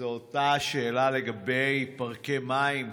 זו אותה השאלה לגבי פארקי מים,